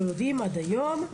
לא יודעים עד היום.